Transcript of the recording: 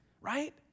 right